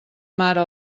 mare